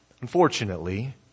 Unfortunately